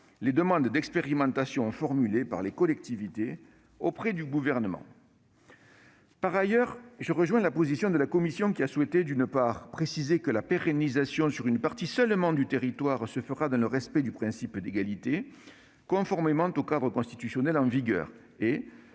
les demandes d'expérimentations adressées par les collectivités au Gouvernement. Par ailleurs, je rejoins la position de la commission, qui a souhaité, d'une part, préciser que la pérennisation sur une partie seulement du territoire se fera dans le respect du principe d'égalité, conformément au cadre constitutionnel en vigueur, et,